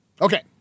Okay